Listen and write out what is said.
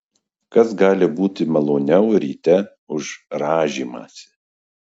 kas gali būti maloniau ryte už rąžymąsi